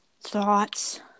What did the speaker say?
Thoughts